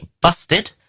Busted